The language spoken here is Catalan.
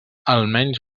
almenys